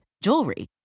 jewelry